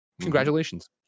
congratulations